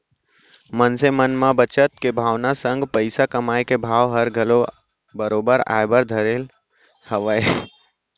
मनसे मन म बचत के भावना संग पइसा कमाए के भाव हर घलौ बरोबर आय बर धर ले हवय